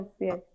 yes